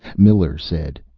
miller said,